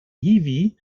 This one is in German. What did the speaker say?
hiwi